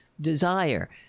desire